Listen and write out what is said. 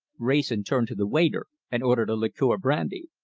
wrayson turned to the waiter and ordered a liqueur brandy.